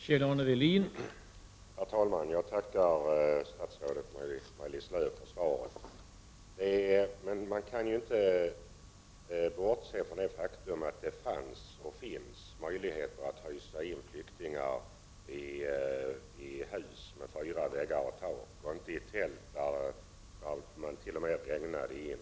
Herr talman! Jag tackar statsrådet Maj-Lis Lööw för svaret. Det går inte att bortse från det faktum att det fanns, och finns, möjligheter att hysa in flyktingar i hus med fyra väggar och tak i stället för tält där det, som i det aktuella fallet, t.o.m. regnar in.